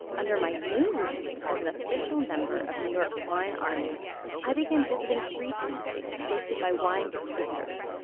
under my new regime as an official member of new york's wine army i began visiting free tastings hosted by wine distributors,